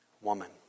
woman